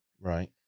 Right